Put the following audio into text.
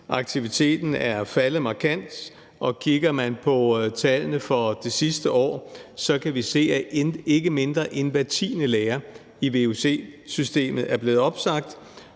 aktiviteten er faldet markant, og kigger man på tallene for det sidste år, kan man se, at ikke mindre end hver tiende lærer i vuc-systemet er blevet opsagt.